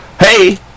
hey